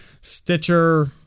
stitcher